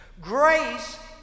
Grace